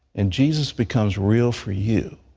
and jesus becomes real for you.